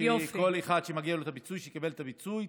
שכל אחד שמגיע לו הפיצוי יקבל את הפיצוי.